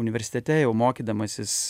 universitete jau mokydamasis